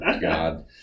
God